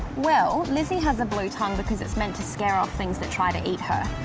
well, lizzy has a blue tongue because it's meant to scare off things that try to eat her.